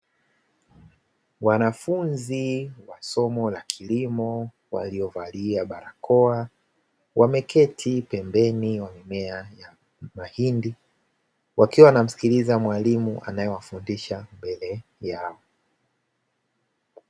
Wanafunzi wa somo la kilimo waliovalia barakoa, wameketi pembeni ya mimea ya mahindi. Wakiwa wanamsikiliza mwalimu anayewafundisha mbele yao.